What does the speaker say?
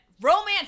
romance